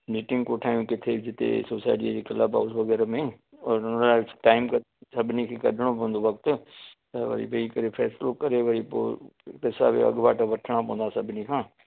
meeting कोठायूं किथे जिते सोसाइटीअ जे क्लब हाउस वग़ैरह में हुन लाइ टाइम सभिनी खे कढणो पवंदो वक़्तु त वरी वेई करे फ़ैसलो करे वरी पोइ पेसा बि अॻुवाटि वठणा पवंदा सभिनी खां